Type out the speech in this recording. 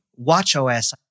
watchOS